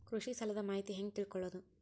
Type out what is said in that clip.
ಕೃಷಿ ಸಾಲದ ಮಾಹಿತಿ ಹೆಂಗ್ ತಿಳ್ಕೊಳ್ಳೋದು?